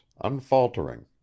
unfaltering